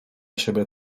siebie